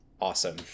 awesome